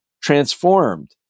transformed